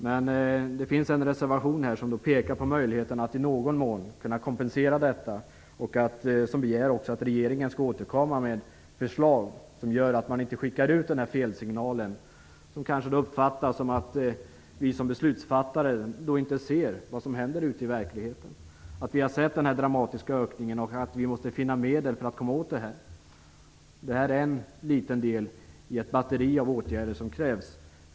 Men det finns en reservation som pekar på att detta i någon mån skall kompenseras och att, som vi begär, regeringen skall återkomma med förslag som gör att man inte skickar ut denna felsignal som kan uppfattas som att vi som beslutsfattare inte ser vad som händer ute i verkligheten. Vi har sett denna dramatiska ökning och måste finna medel för att komma till rätta med detta. Detta är en liten del i ett batteri av åtgärder som krävs.